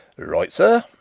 right, sir,